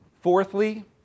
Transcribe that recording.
Fourthly